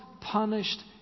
punished